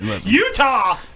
Utah